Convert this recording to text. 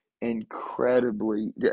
incredibly –